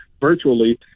virtually